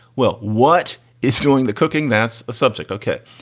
well, what is doing the cooking. that's a subject. ok.